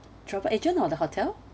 travel agent or the hotel